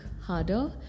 harder